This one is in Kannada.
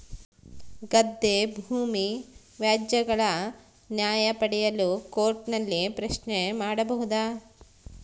ಗದ್ದೆ ಭೂಮಿ ವ್ಯಾಜ್ಯಗಳ ನ್ಯಾಯ ಪಡೆಯಲು ಕೋರ್ಟ್ ನಲ್ಲಿ ಪ್ರಶ್ನೆ ಮಾಡಬಹುದಾ?